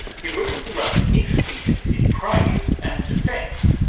he recently wrote an interesting piece in praise, and defence,